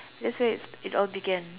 that's where it's it all began